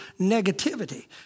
negativity